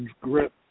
grip